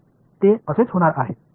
तर हे असेच होणार आहे